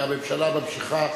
והממשלה ממשיכה,